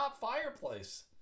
fireplace